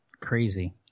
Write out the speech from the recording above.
crazy